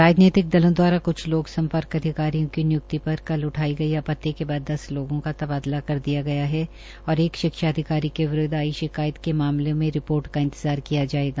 राजनीतिक दलों दवारा क्छ लोक सम्पर्क अधिकारियों की निय्क्ति पर कल उठाई गई आपत्ति के बाद दस लोगों का तबादला कर दिया गया है और एक शिक्षा अधिकारी के विरूदव आई शिकायत के मामले में रिपोर्ट का इंतजार किया जायेगा